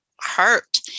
hurt